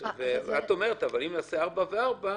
את אומרת שאם נעשה ארבע שנים וארבע שנים,